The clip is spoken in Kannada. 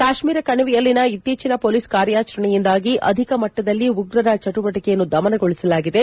ಕಾಶ್ನೀರ ಕಣಿವೆಯಲ್ಲಿನ ಇತ್ತೀಚಿನ ಮೊಲೀಸ್ ಕಾರ್ಯಾಚರಣೆಯಿಂದಾಗಿ ಅಧಿಕ ಮಟ್ಟದಲ್ಲಿ ಉಗ್ರರ ಚಟುವಟಿಕೆಯನ್ನು ದಮನಗೊಳಿಸಲಾಗಿದೆ